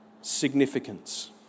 significance